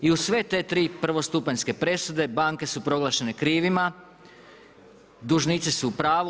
I uz sve te tri prvostupanjske presude banke su proglašene krivima, dužnici su u pravu.